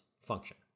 function